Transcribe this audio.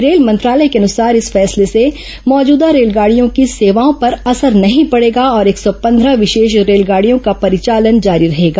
rail मंत्रालय के अनुसार इस फैसले से मौजूदा रेलगाड़ियों की सेवाओं पर असर नहीं पडेगा और एक सौ पंद्रह विशेष रेलगाडियों का प्रचालन जारी रहेगा